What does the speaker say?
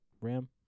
Ram